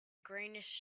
greenish